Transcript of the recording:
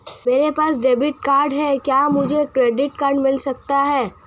मेरे पास debit card है क्या मुझे क्रेडिट कार्ड भी मिल सकता है?